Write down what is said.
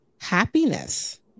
happiness